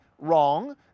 wrong